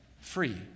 Free